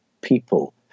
people